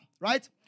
right